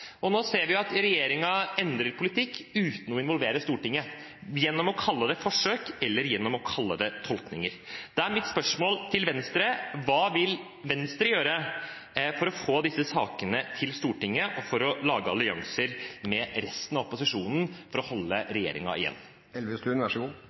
Nå ser vi at regjeringen endrer politikk uten å involvere Stortinget, gjennom å kalle det forsøk eller gjennom å kalle det tolkninger. Mitt spørsmål til Venstre er: Hva vil Venstre gjøre for å få disse sakene til Stortinget, for å lage allianser med resten av opposisjonen for å holde